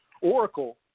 Oracle